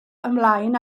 ymlaen